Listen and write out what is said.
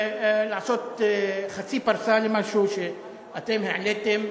לעשות חצי פרסה למשהו שאתם העליתם,